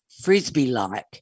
Frisbee-like